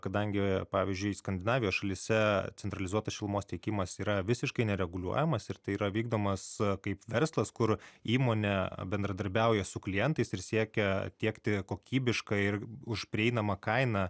kadangi pavyzdžiui skandinavijos šalyse centralizuotas šilumos tiekimas yra visiškai nereguliuojamas ir tai yra vykdomas kaip verslas kur įmonė bendradarbiauja su klientais ir siekia tiekti kokybišką ir už prieinamą kainą